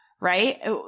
right